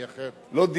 כי אחרת לא נסיים.